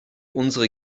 unsere